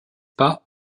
pas